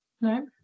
No